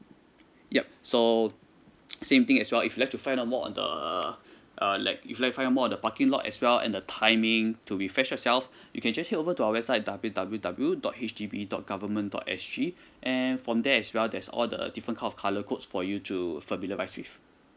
yup so same thing as well if you like to find out more on the uh like if you like to find out more on the parking lot as well and the timing to refresh yourself you can just head over to our website W W W dot H D B dot government dot S G and from there as well there's all the different kind of colour codes for you to familiarize with